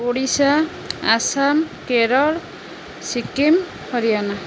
Odisha Assam Kerala Sikkim Haryana